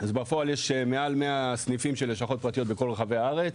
אז בפועל יש מעל 100 סניפים של לשכות פרטיות בכל רחבי הארץ.